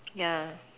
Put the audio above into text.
ya